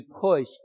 push